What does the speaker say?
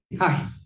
Hi